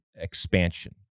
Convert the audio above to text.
expansion